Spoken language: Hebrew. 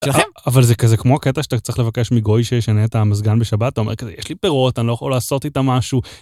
אבל זה כזה כמו הקטע שאתה צריך לבקש מגוי שישנה את המזגן בשבת, אתה אומר כזה, יש לי פירות. אני לא יכול לעשות איתם משהו.